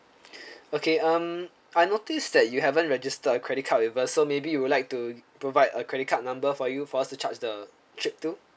okay um I notice that you haven't registered a credit card with us so maybe you would like to provide a credit card number for you for us to charge the trip to